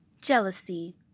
Jealousy